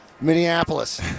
Minneapolis